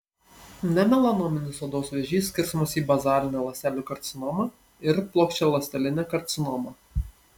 nemelanominis odos vėžys skirstomas į bazalinę ląstelių karcinomą ir plokščialąstelinę karcinomą